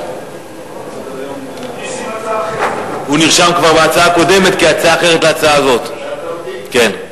על ההצעה סגן שר הביטחון מתן וילנאי.